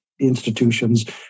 Institutions